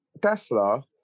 Tesla